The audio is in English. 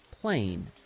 plain